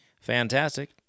Fantastic